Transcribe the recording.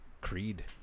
Creed